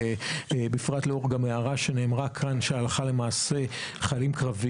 בפרט לאור הערה שנאמרה כאן לגבי הסיכוי